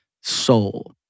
soul